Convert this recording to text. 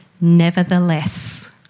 nevertheless